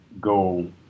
go